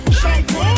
shampoo